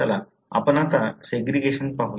चला आपण आता सेग्रीगेशन पाहूया